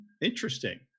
Interesting